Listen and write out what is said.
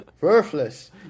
worthless